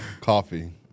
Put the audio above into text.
Coffee